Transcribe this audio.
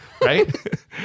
Right